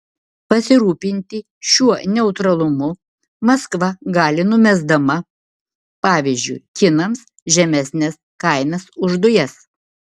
pasirūpinti šiuo neutralumu maskva gali numesdama pavyzdžiui kinams žemesnes kainas už dujas